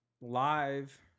live